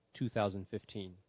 2015